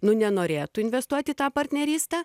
nu nenorėtų investuot į tą partnerystę